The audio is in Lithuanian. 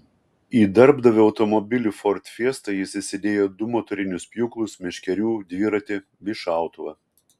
į darbdavio automobilį ford fiesta jis įsidėjo du motorinius pjūklus meškerių dviratį bei šautuvą